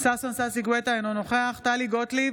ששון ששי גואטה, אינו נוכח טלי גוטליב,